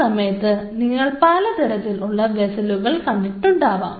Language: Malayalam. ആ സമയത്ത് നിങ്ങൾ പലതരത്തിലുള്ള വെസ്സലുകൾ കണ്ടിട്ടുണ്ടാവാം